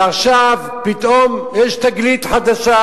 ועכשיו פתאום יש תגלית חדשה,